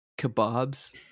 kebabs